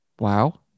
Wow